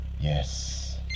Yes